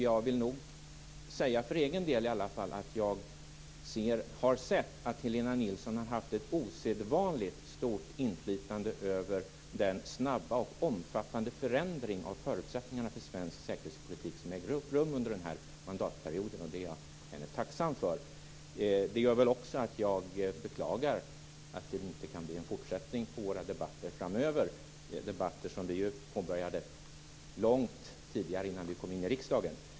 Jag vill för egen del säga att jag har sett att Helena Nilsson haft ett osedvanligt stort inflytande över den snabba och omfattande förändring av förutsättningarna för svensk säkerhetspolitik som ägt rum under den här mandatperioden. Det är jag henne tacksam för. Det gör att jag beklagar att det inte kan bli en fortsättning av våra debatter framöver, debatter som vi påbörjade långt innan vi kom in i riksdagen.